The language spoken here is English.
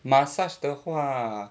massage 的话